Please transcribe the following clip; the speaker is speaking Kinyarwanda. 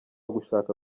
gushaka